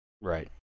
Right